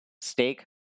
Steak